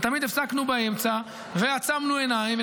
ותמיד הפסקנו באמצע ועצמנו עיניים,